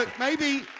but maybe,